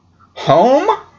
home